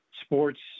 Sports